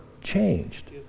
changed